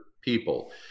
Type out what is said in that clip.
people